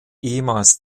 ehemals